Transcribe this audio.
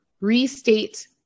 restate